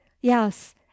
Yes